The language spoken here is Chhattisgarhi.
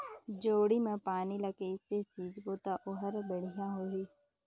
जोणी मा पानी ला कइसे सिंचबो ता ओहार बेडिया होही?